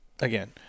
again